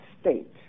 state